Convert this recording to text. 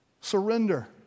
Surrender